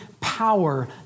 power